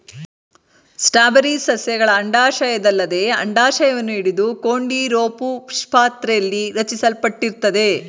strawberry ಸಸ್ಯಗಳ ಅಂಡಾಶಯದಲ್ಲದೆ ಅಂಡಾಶವನ್ನು ಹಿಡಿದುಕೊಂಡಿರೋಪುಷ್ಪಪಾತ್ರೆಲಿ ರಚಿಸಲ್ಪಟ್ಟಿರ್ತದೆ